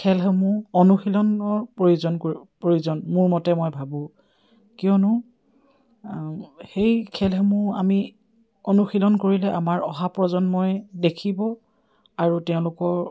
খেলসমূহ অনুশীলনৰ প্ৰয়োজন প্ৰয়োজন মোৰ মতে মই ভাবোঁ কিয়নো সেই খেলসমূহ আমি অনুশীলন কৰিলে আমাৰ অহা প্ৰজন্মই দেখিব আৰু তেওঁলোকৰ